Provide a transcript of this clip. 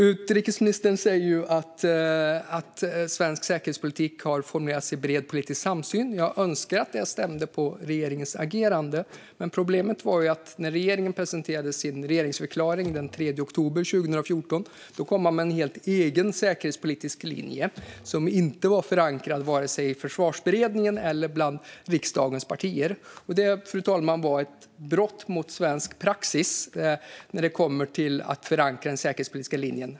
Utrikesministern säger att svensk säkerhetspolitik har formulerats i bred politisk samsyn. Jag önskar att detta stämde in på regeringens agerande. Problemet är att regeringen, när den presenterade sin regeringsförklaring den 3 oktober 2014, kom med en helt egen säkerhetspolitisk linje som inte var förankrad vare sig i Försvarsberedningen eller bland riksdagens partier. Detta, fru talman, var ett brott mot svensk praxis när det kommer till att förankra den säkerhetspolitiska linjen.